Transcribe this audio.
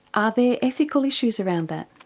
are there ethical issues around that?